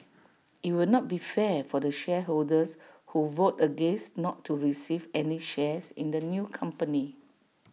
IT will not be fair for the shareholders who vote against not to receive any shares in the new company